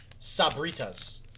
Sabritas